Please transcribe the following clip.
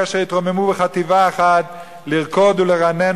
כאשר התרוממו כחטיבה אחת לרקוד ולרנן